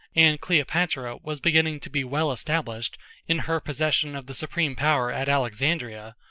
and cleopatra was beginning to be well established in her possession of the supreme power at alexandria,